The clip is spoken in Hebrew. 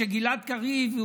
כשגלעד קריב,